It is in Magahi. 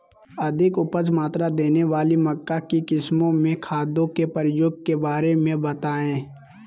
अधिक उपज मात्रा देने वाली मक्का की किस्मों में खादों के प्रयोग के बारे में बताएं?